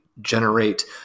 Generate